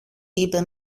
είπε